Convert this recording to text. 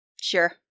Sure